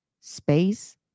space